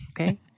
Okay